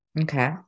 Okay